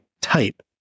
type